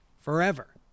forever